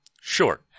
Sure